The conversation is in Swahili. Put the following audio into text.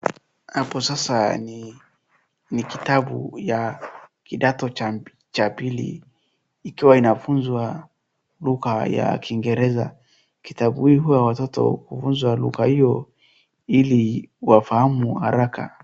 Hapo sasa ni kitabu cha kidato cha pili, kikiwa kinafunzwa, lugha ya kingereza, kitabu hiki cha watoto huwa inafunzwa lugha hiyo ili wafahamu haraka.